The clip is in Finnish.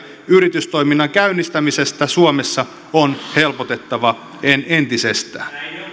yritystoiminnan käynnistämistä suomessa on helpotettava entisestään